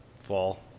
Fall